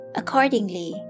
accordingly